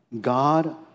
God